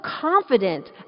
confident